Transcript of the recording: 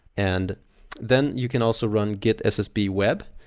and then you can also run git ssb web,